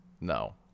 no